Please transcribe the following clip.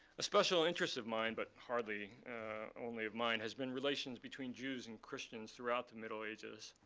a special interest of mine, but hardly only of mine, has been relations between jews and christians throughout the middle ages,